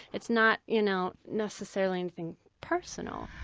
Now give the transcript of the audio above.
it's not you know necessarily anything personal.